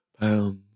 pounds